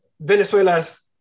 venezuela's